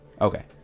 Okay